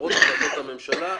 למרות החלטות הממשלה,